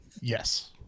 yes